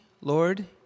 Lord